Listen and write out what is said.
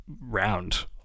round